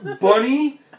bunny